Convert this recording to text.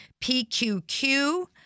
PQQ